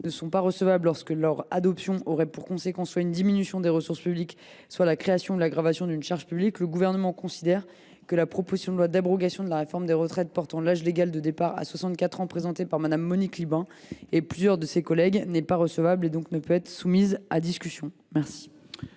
ne sont pas recevables lorsque leur adoption aurait pour conséquence soit une diminution des ressources publiques, soit la création ou l’aggravation d’une charge publique », le Gouvernement considère que la proposition de loi d’abrogation de la réforme des retraites portant l’âge légal de départ à 64 ans, présentée par Mme Monique Lubin et plusieurs de ses collègues, n’est pas recevable et ne peut donc pas être soumise à discussion. Refus